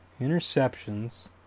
interceptions